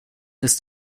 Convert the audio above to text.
ist